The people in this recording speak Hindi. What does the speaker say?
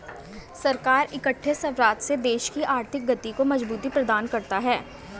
सरकार इकट्ठे राजस्व से देश की आर्थिक गति को मजबूती प्रदान करता है